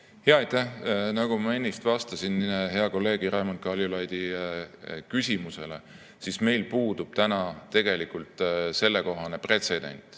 aitäh! Nagu ma ennist vastasin hea kolleegi Raimond Kaljulaidi küsimusele, siis meil puudub täna tegelikult sellekohane pretsedent